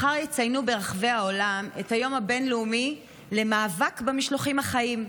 מחר יציינו ברחבי העולם את היום הבין-לאומי למאבק במשלוחים החיים,